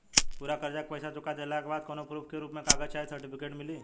पूरा कर्जा के पईसा चुका देहला के बाद कौनो प्रूफ के रूप में कागज चाहे सर्टिफिकेट मिली?